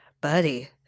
buddy